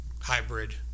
Hybrid